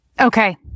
Okay